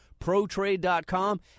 protrade.com